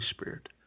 Spirit